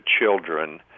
children